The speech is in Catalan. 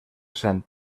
cent